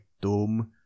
dome